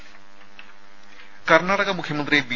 രുമ കർണ്ണാടക മുഖ്യമന്ത്രി ബി